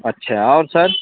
अच्छा और सर